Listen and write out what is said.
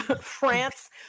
France